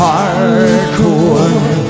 Hardcore